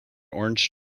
orange